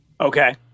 Okay